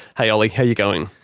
hey ollie. how you going?